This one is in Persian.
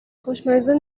خوشمزه